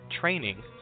training